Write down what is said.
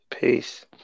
Peace